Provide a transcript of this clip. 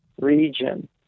region